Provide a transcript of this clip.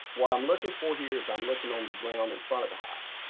what i'm looking for here is i'm looking on the ground in front of the hive.